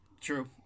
true